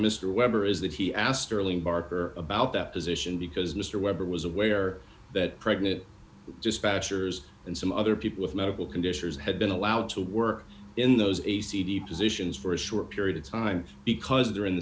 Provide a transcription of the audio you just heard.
barker about that position because mr weber was aware that pregnant just bashers and some other people with medical conditions had been allowed to work in those a c d positions for a short period of time because they are in the